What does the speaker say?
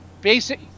basic